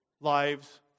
lives